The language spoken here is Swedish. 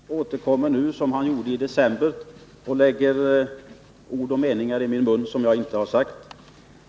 Herr talman! Hadar Cars återkommer nu som han gjorde i december och lägger ord och meningar i min mun som jag inte har sagt.